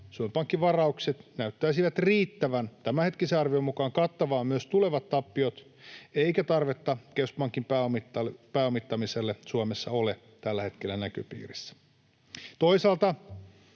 Suomen Pankin varaukset näyttäisivät riittävän tämänhetkisen arvion mukaan kattamaan myös tulevat tappiot, eikä tarvetta keskuspankin pääomittamiselle Suomessa ole tällä hetkellä näköpiirissä. Toisaalta